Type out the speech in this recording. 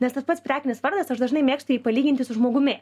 nes tas pats prekinis vardas aš dažnai mėgstu jį palyginti su žmogumi